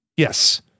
Yes